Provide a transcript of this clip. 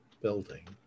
building